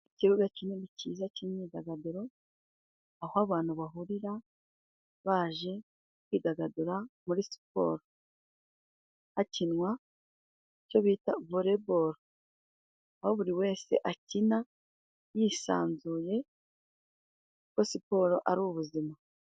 Ikibuga kinini cyiza cy'imyidagaduro, aho abantu bahurira baje kwidagadura muri siporo hakinwa icyo bita volebolo, aho buri wese akina yisanzuye kuko siporo ari ubuzima.